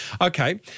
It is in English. Okay